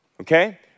okay